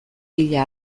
bila